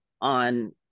on